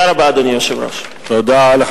אדוני היושב-ראש, תודה רבה.